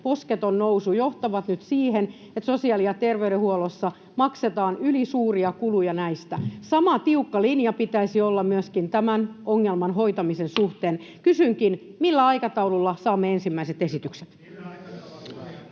posketon nousu johtavat nyt siihen, että sosiaali- ja terveydenhuollossa maksetaan ylisuuria kuluja näistä. Sama tiukka linja pitäisi olla myöskin tämän ongelman hoitamisen suhteen. Kysynkin: millä aikataululla saamme ensimmäiset esitykset?